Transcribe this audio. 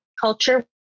culture